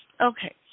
Okay